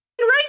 right